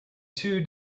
two